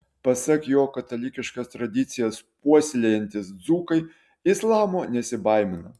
pasak jo katalikiškas tradicijas puoselėjantys dzūkai islamo nesibaimina